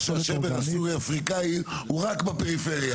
כמו שהשבר הסורי-אפריקאי הוא רק בפריפריה.